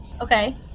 Okay